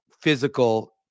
physical